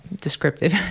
descriptive